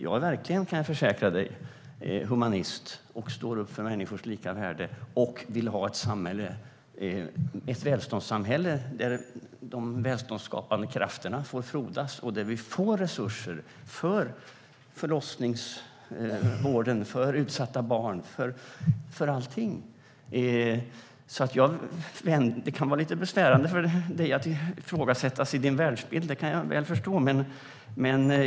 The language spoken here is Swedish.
Jag kan försäkra dig att jag verkligen är för humanism, och jag står upp för människors lika värde. Jag vill ha ett välståndssamhälle där de välståndsskapande krafterna får frodas och där vi får resurser för förlossningsvården, utsatta barn och allting. Det kan vara lite besvärande för dig att ifrågasättas i din världsbild. Det kan jag väl förstå.